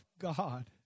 God